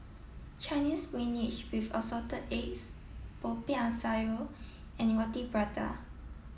Chinese spinach with assorted eggs Popiah Sayur and Roti Prata